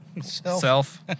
Self